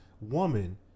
woman